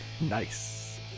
Nice